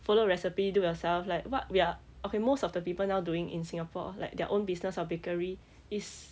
follow recipe do yourself like what we are okay most of the people now doing in singapore like their own business or bakery is